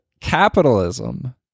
capitalism